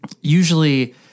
usually